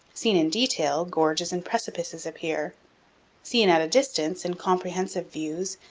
seen in detail, gorges and precipices appear seen at a distance, in comprehensive views,